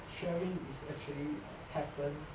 sharing is actually err happens